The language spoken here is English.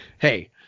hey